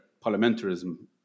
Parliamentarism